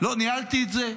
לא ניהלתי את זה?